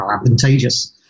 advantageous